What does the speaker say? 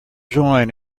join